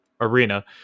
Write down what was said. arena